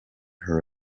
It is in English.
her